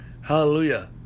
hallelujah